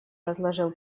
разложил